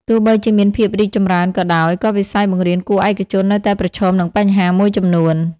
ទោះបីជាមានភាពរីកចម្រើនក៏ដោយ ក៏វិស័យបង្រៀនគួរឯកជននៅតែប្រឈមនឹងបញ្ហាមួយចំនួន។